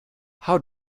how